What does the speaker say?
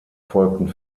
folgten